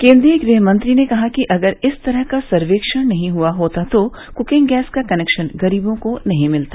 केन्द्रीय गृहमंत्री ने कहा कि अगर इस तरह का सर्वेक्षण नहीं हुआ होता तो कुकिंग गैस का कनेक्शन गरीबों को नहीं मिलता